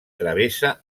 travessa